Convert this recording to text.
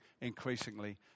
increasingly